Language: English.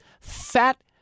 fat